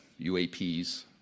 UAPs